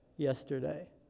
yesterday